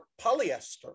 polyester